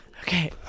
Okay